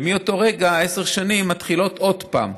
ומאותו רגע עשר השנים מתחילות עוד פעם,